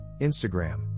Instagram